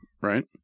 right